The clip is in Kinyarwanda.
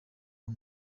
uwo